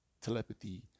telepathy